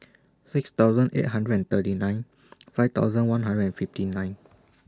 six thousand eight hundred and thirty nine five thousand one hundred and fifty nine